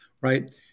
right